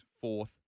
fourth